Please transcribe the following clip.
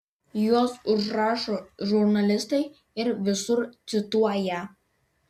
juos užrašo žurnalistai ir visur cituoja